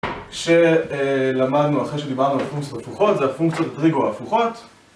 שלמדנו אחרי שדיברנו על פונקציות הפוכות, זה הפונקציות טריגו ההפוכות